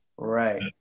right